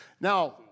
Now